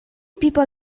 people